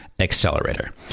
accelerator